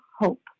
hope